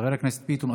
חבר הכנסת ביטון,